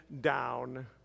down